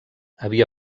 havia